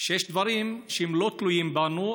שכשיש דברים שהם לא תלויים בנו,